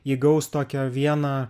ji gaus tokią vieną